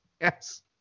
Yes